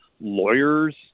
lawyers